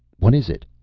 what is it?